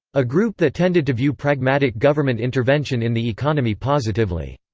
a group that tended to view pragmatic government intervention in the economy positively.